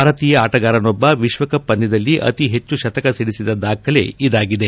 ಭಾರತೀಯ ಆಟಗಾರನೊಬ್ಬ ವಿಶ್ವಕಪ್ ಪಂದ್ಭದಲ್ಲಿ ಅತಿಹೆಚ್ಚು ಶತಕ ಸಿಡಿಸಿದ ದಾಖಲೆ ಇದಾಗಿದೆ